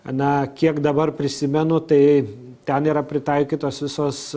na kiek dabar prisimenu tai ten yra pritaikytos visos